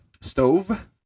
Stove